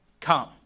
come